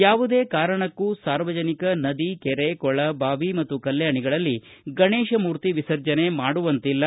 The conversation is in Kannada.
ಯಾವುದೇ ಕಾರಣಕ್ಕೂ ಸಾರ್ವಜನಿಕ ನದಿ ಕೆರೆ ಕೊಳ ಬಾವಿ ಮತ್ತು ಕಲ್ಯಾಣಿಗಳಲ್ಲಿ ಗಣೇಶ ಮೂರ್ತಿ ವಿಸರ್ಜನೆ ಮಾಡುವಂತಿಲ್ಲ